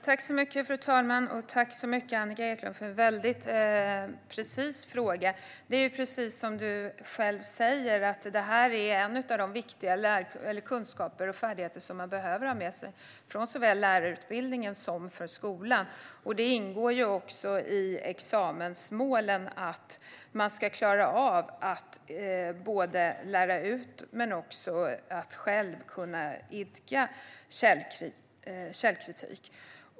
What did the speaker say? Fru talman! Tack så mycket för en väldigt precis fråga, Annika Eclund! Som du säger är detta en av de viktiga kunskaper och färdigheter man behöver ha med sig såväl från lärarutbildningen som från skolan. Det ingår också i examensmålen att man ska klara av att både lära ut och själv idka källkritik.